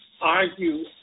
argue